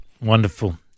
Wonderful